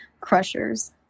Crushers